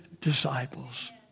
disciples